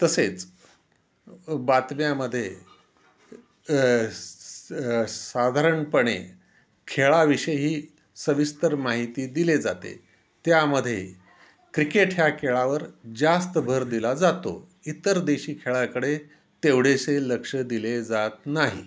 तसेच बातम्यामध्ये स साधारणपणे खेळाविषयी सविस्तर माहिती दिली जाते त्यामधे क्रिकेट ह्या खेळावर जास्त भर दिला जातो इतर देशी खेळाकडे तेवढेसे लक्ष दिले जात नाही